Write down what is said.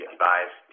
device